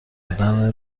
بودن